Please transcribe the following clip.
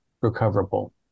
recoverable